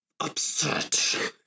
upset